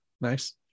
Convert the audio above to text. Nice